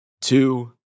two